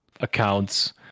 accounts